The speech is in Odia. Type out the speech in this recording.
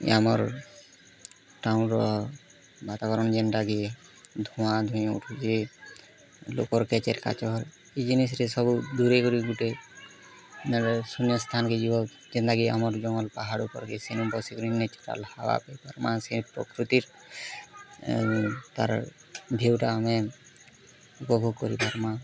ଆମର୍ ଟାଉନ୍ର ବାତାବରଣ୍ ଯେଣ୍ଟାକି ଧୁଆଁ ଧୁଇଁ ଉଠୁଛେ ଲୋକର୍ କେଚେର୍ କାଚର୍ ଇ ଜିନିଷ୍ରେ ସବୁ ଦୁରେଇ କରି ଗୁଟେ ଜେନ୍ଟାକି ଶୁନ୍ୟ ସ୍ଥାନ୍କେ ଯିବାକେ ଯେନ୍ତାକି ଆମର୍ ଜଙ୍ଗଲ୍ ପାହାଡ଼୍ ଉପର୍କେ ସେନୁ ବସିକରି ଶୀତଲ୍ ହାୱା ପାଇ ପାର୍ମା ସେଇ ପ୍ରକୃତିର୍ ତାର୍ ଭିୟୁଟା ଆମେ ଉପଭୋଗ୍ କରିପାର୍ମା